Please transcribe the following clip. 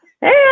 hey